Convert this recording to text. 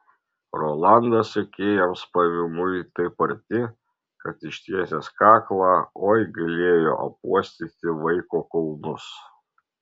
rolandas sekėjams pavymui taip arti kad ištiesęs kaklą oi galėjo apuostyti vaiko kulnus